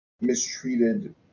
mistreated